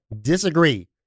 disagree